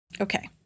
Okay